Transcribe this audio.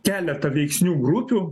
keletą veiksnių grupių